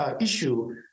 issue